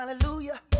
Hallelujah